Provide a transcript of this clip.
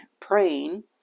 praying